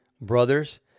brothers